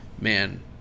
man